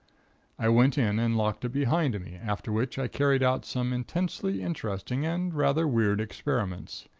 i went in and locked it behind me, after which i carried out some intensely interesting and rather weird experiments.